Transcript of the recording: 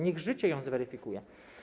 Niech życie ją zweryfikuje.